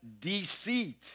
deceit